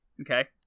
Okay